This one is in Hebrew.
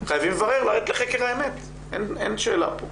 חייבים לרדת לחקר האמת, אין שאלה פה.